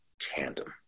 tandem